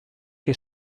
che